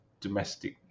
domestic